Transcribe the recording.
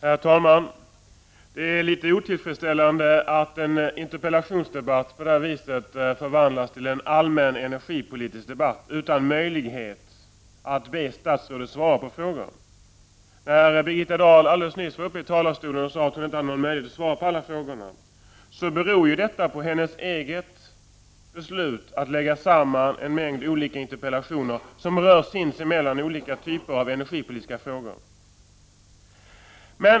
Herr talman! Det är litet otillfredsställande att en interpellationsdebatt på det här sättet förvandlas till en allmän energipolitisk debatt utan möjlighet att be statsrådet svara på frågor. När Birgitta Dahl alldeles nyss var uppe i talarstolen sade hon att hon inte hade möjlighet att svara på alla frågor. Men det beror ju på hennes eget beslut att samtidigt besvara en mängd interpellationer som rör sinsemellan olika typer av energipolitiska frågor.